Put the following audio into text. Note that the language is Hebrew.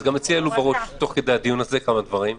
15:24) גם אצלי עלו בראש תוך כדי הדיון הזה כמה דברים.